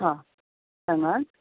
हां सांगात